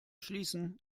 schließen